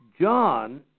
John